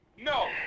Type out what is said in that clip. No